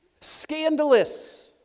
Scandalous